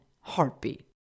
heartbeat